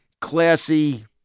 classy